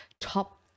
top